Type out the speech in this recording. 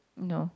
no